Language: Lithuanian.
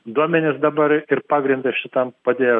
duomenis dabar ir pagrindą šitam padėjo